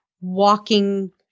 walking